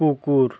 কুকুর